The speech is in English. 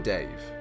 Dave